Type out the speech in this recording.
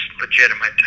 legitimate